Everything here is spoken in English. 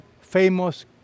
famous